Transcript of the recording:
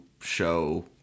show